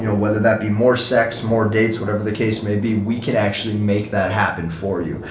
you know whether that be more sex, more dates, whatever the case may be, we can actually make that happen for you.